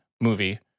movie